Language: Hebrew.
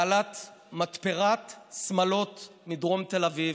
בעלת מתפרת שמלות מדרום תל אביב,